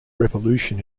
revolution